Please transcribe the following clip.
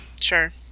sure